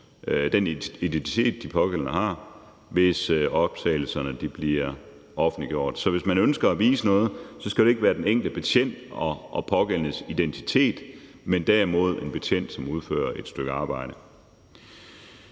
den identitet, de pågældende har, hvis optagelserne bliver offentliggjort. Så hvis man ønsker at vise noget, skal det ikke være den enkelte betjent og pågældendes identitet, men derimod en betjent, som udfører et stykke arbejde.